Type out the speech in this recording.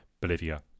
Bolivia